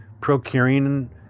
procuring